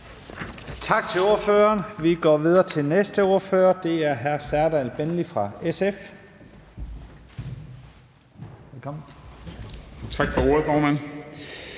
Tak til ordføreren. Vi går videre til næste ordfører. Det er hr. Serdal Benli fra SF. Velkommen. Kl. 10:49 (Ordfører)